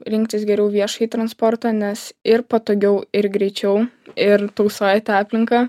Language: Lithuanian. rinktis geriau viešąjį transportą nes ir patogiau ir greičiau ir tausojate aplinką